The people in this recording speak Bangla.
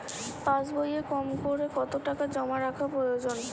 পাশবইয়ে কমকরে কত টাকা জমা রাখা প্রয়োজন?